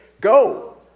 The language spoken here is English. Go